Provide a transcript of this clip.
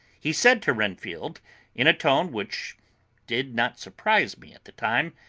he said to renfield in a tone which did not surprise me at the time,